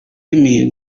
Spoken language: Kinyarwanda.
imihigo